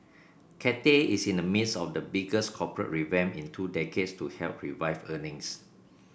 Cathay is in the midst of the biggest corporate revamp in two decades to help revive earnings